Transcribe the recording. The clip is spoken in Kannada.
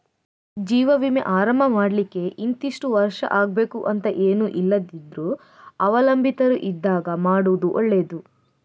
ಜೀವ ವಿಮೆ ಆರಂಭ ಮಾಡ್ಲಿಕ್ಕೆ ಇಂತಿಷ್ಟು ವರ್ಷ ಆಗ್ಬೇಕು ಅಂತ ಏನೂ ಇಲ್ದಿದ್ರೂ ಅವಲಂಬಿತರು ಇದ್ದಾಗ ಮಾಡುದು ಒಳ್ಳೆದು